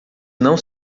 não